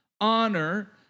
honor